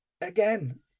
again